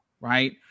right